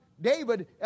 David